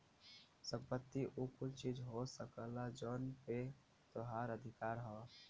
संपत्ति उ कुल चीज हो सकला जौन पे तोहार अधिकार हौ